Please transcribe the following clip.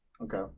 Okay